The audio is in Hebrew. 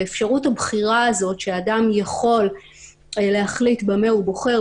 אפשרות הבחירה הזאת שאדם יכול להחליט במה הוא בוחר,